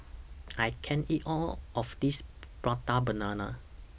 I can't eat All of This Prata Banana